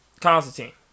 Constantine